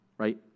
right